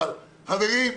חברים,